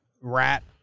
rat